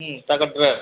ହୁଁ ତାଙ୍କ ଡ୍ରେସ୍